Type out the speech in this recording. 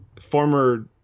former